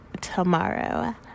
tomorrow